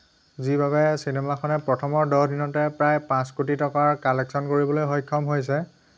যিবাবে চিনেমাখনে প্ৰথমৰ দহদিনতে প্ৰায় পাঁচ কোটি টকাৰ কালেকশ্যন কৰিবলৈ সক্ষম হৈছে